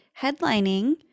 headlining